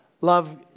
love